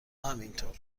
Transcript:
همینطور